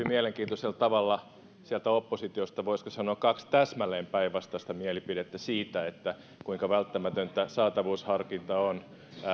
mielenkiintoisella tavalla sieltä oppositiosta voisiko sanoa kaksi täsmälleen päinvastaista mielipidettä siitä kuinka välttämätöntä saatavuusharkinta on